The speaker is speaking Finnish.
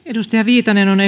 edustaja viitanen on